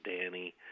Danny